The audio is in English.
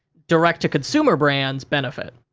direct-to-consumer brands benefit.